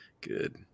Good